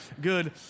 good